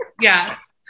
Yes